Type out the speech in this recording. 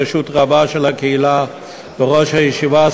בראשות רבה של הקהילה וראש הישיבה,